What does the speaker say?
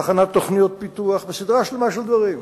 בהכנת תוכניות פיתוח ובסדרה שלמה של דברים,